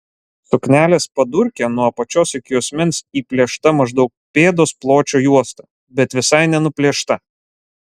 suknelės padurke nuo apačios iki juosmens įplėšta maždaug pėdos pločio juosta bet visai nenuplėšta